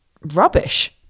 rubbish